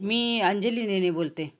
मी अंजली नेने बोलते